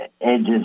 edges